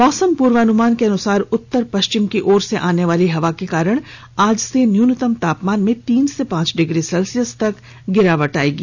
मौसम पूर्वानुमान के अनुसार उत्तर पश्चिम की ओर से आने वाली हवा के कारण आज से न्यूनतम तापमान में तीन से पांच डिग्री सेल्सियस तक गिरावट होगी